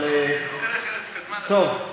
אבל טוב,